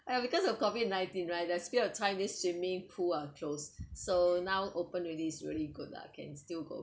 ya because of COVID nineteen right of there still a time this swimming pool are closed so now open already is really good lah can still go